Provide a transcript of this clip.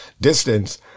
distance